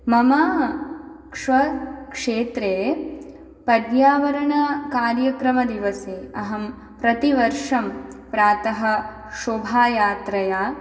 मम स्वक्षेत्रे पर्यावरणकार्यक्रमदिवसे अहं प्रतिवर्षं प्रातः शोभायात्रया